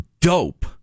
dope